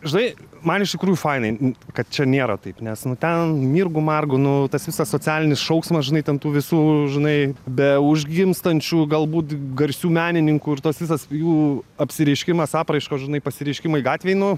žinai man iš tikrųjų fainai kad čia nėra taip nes nu ten mirgu margu nu tas visas socialinis šauksmas žinai ten tų visų žinai beužgimstančių galbūt garsių menininkų ir tas visas jų apsireiškimas apraiškos žinai pasireiškimai gatvėj nu